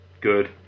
Good